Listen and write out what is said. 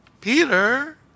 Peter